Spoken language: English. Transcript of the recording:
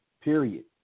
period